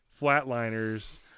Flatliners